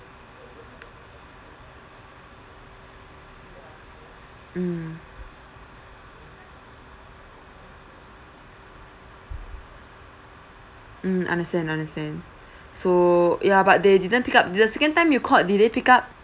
mm mm understand understand so ya but they didn't picked up did the second time you called did they picked up